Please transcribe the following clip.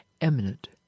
eminent